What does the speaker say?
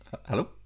Hello